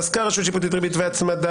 פסקה רשות שיפוטית ריבית והצמדה,